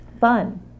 Fun